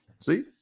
See